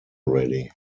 ready